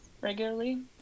regularly